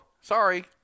Sorry